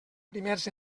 primers